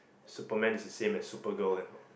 Superman is the same as Supergirl